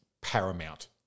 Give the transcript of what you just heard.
paramount